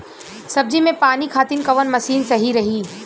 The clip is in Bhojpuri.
सब्जी में पानी खातिन कवन मशीन सही रही?